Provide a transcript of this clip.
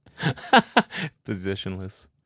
positionless